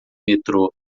metrô